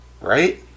Right